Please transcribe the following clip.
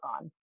on